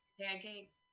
pancakes